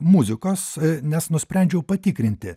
muzikos nes nusprendžiau patikrinti